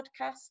podcast